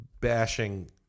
bashing